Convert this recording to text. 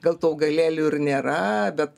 gal tų augalėlių ir nėra bet